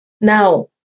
Now